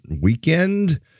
weekend